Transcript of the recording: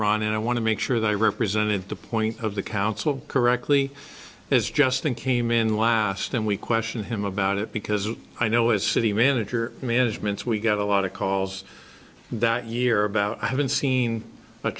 ron and i want to make sure they represented the point of the council correctly is justin came in last and we question him about it because i know as city manager managements we get a lot of calls that year about i haven't seen a